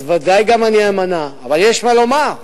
אז בוודאי גם אני אמנע, אבל יש מה לומר.